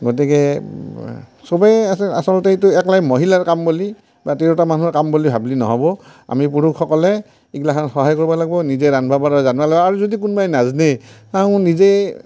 গতিকে চবে আচ আচলতে এইটো অকলে মহিলাৰ কাম বুলি বা তিৰোতা মানুহৰ কাম বুলি ভাবিলে নহ'ব আমি পুৰুষসকলে এইগিলাখন সহায় কৰিব লাগিব নিজে ৰান্ধিব বাঢ়িব জানিব লাগিব আৰু যদি কোনোবাই নাজানে তাহোঁ নিজে